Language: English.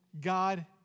God